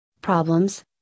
problems